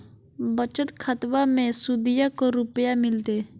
बचत खाताबा मे सुदीया को रूपया मिलते?